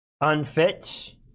unfit